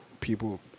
People